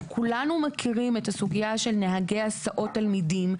כולנו מכירים את הסוגיה של נהגי הסעות תלמידים,